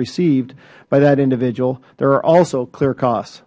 received by that individual there are also clear costs